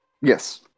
Yes